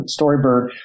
storybird